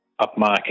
upmarket